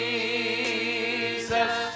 Jesus